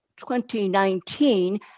2019